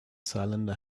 cylinder